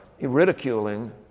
ridiculing